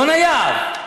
יונה יהב,